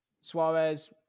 Suarez